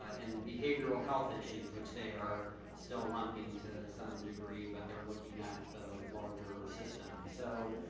and behavioral health issues, which they are still lumping to some degree but they are looking at the larger system. so,